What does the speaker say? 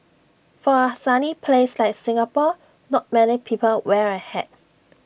for A sunny place like Singapore not many people wear A hat